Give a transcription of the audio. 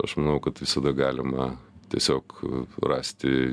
aš manau kad visada galima tiesiog rasti